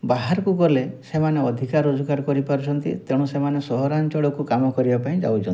ବାହାରକୁ ଗଲେ ସେମାନେ ଅଧିକା ରୋଜଗାର କରିପାରୁଛନ୍ତି ତେଣୁ ସେମାନେ ସହରାଞ୍ଚଳକୁ କାମ କରିବା ପାଇଁ ଯାଉଛନ୍ତି